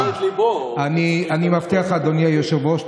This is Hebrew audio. אדוני היושב-ראש,